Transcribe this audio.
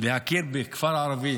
להכיר בכפר ערבי